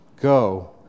Go